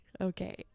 okay